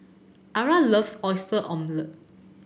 Ara loves Oyster Omelette